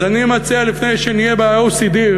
אז אני מציע לפני שנהיה ב-OECD,